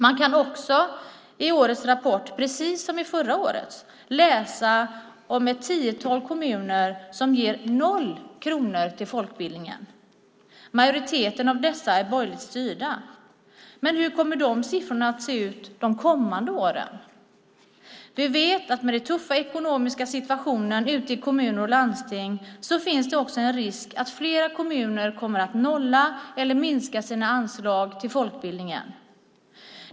Man kan också i årets rapport, precis som i förra årets, läsa om ett tiotal kommuner som ger 0 kronor till folkbildningen. Majoriteten av dessa är borgerligt styrda. Men hur kommer de siffrorna att se ut de kommande åren? Vi vet att det med den tuffa ekonomiska situationen ute i kommuner och landsting också finns en risk att flera kommuner kommer att nolla eller minska sina anslag till folkbildningen.